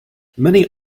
many